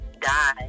die